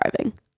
Driving